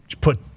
Put